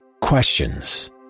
Questions